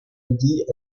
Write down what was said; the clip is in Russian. людей